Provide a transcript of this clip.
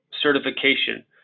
certification